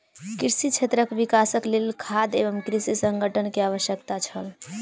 कृषि क्षेत्रक विकासक लेल खाद्य एवं कृषि संगठन के आवश्यकता छल